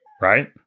right